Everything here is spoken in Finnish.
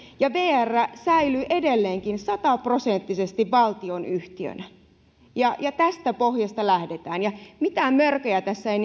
ja vr säilyy edelleenkin sataprosenttisesti valtionyhtiönä tältä pohjalta lähdetään ja mitään mörköjä tässä ei